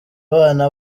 bana